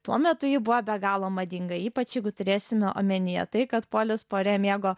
tuo metu ji buvo be galo madinga ypač jeigu turėsime omenyje tai kad polis puarė mėgo